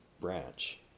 branch